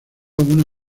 una